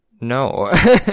No